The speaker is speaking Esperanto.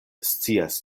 scias